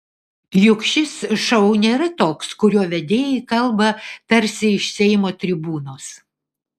juk šis šou nėra toks kurio vedėjai kalba tarsi iš seimo tribūnos